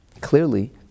Clearly